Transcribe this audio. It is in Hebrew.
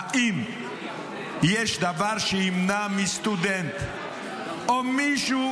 האם יש דבר שימנע מסטודנט או מישהו